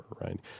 right